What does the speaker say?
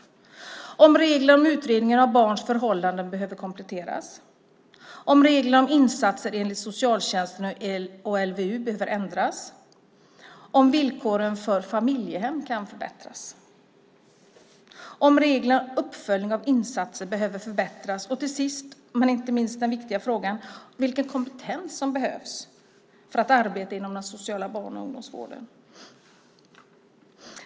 Det handlar också om ifall reglerna om utredning av barns förhållanden behöver kompletteras, om reglerna om insatser enligt socialtjänstlagen och LVU behöver ändras, om villkoren för familjehem kan förbättras, om reglerna om uppföljning av insatser behöver förbättras och till sist men inte minst den viktiga frågan vilken kompetens som behövs för att arbeta inom den sociala barn och ungdomsvården.